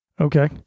Okay